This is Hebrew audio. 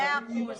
מאה אחוז.